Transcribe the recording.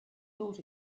thought